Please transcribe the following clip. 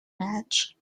match